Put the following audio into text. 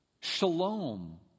Shalom